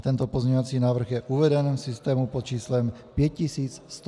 Tento pozměňovací návrh je uveden v systému pod č. 5102.